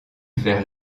vers